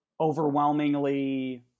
overwhelmingly